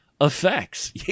effects